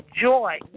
joy